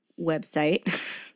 website